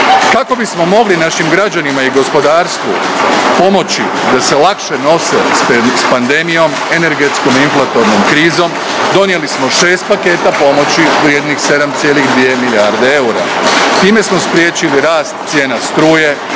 Kako bismo mogli našim građanima i gospodarstvu pomoći da se lakše nose s pandemijom, energetskom i inflatornom krizom, donijeli smo šest paketa pomoći vrijednih 7,2 milijarde eura. Time smo spriječili rast cijena struje,